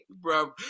bro